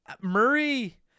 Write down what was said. Murray